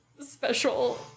special